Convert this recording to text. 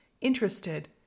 interested